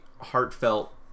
heartfelt